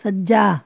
ਸੱਜਾ